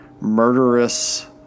murderous